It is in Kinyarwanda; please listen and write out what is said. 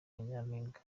nyampinga